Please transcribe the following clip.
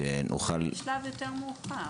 אולי בשלב יותר מאוחר,